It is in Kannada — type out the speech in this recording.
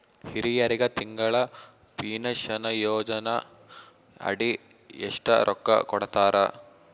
ಹಿರಿಯರಗ ತಿಂಗಳ ಪೀನಷನಯೋಜನ ಅಡಿ ಎಷ್ಟ ರೊಕ್ಕ ಕೊಡತಾರ?